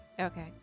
Okay